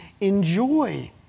enjoy